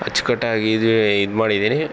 ಅಚ್ಚುಕಟ್ಟಾಗಿ ಇದೇ ಇದು ಮಾಡಿದ್ದೀನಿ